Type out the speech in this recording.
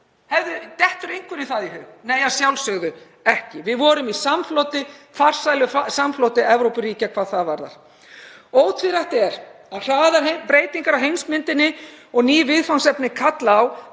óstudd? Dettur einhverjum það í hug? Nei, að sjálfsögðu ekki. Við vorum í farsælu samfloti Evrópuríkja hvað það varðar. Ótvírætt er að hraðar breytingar á heimsmyndinni og ný viðfangsefni kalla á